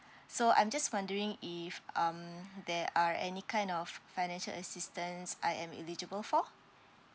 so I'm just wondering if um there are any kind of financial assistance I am eligible for